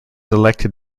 elected